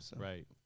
Right